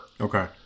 okay